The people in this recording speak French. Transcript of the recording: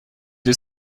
des